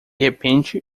repente